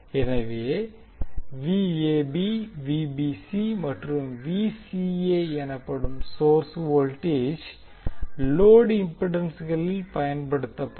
எனவே மற்றும் எனப்படும் சோர்ஸ் வோல்டேஜ் லோடு இம்பிடன்ஸ்களில் பயன்படுத்தப்படும்